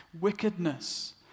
wickedness